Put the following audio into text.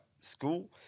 school